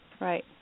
Right